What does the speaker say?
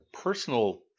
personal